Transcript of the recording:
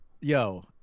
Yo